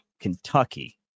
Kentucky